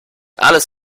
alles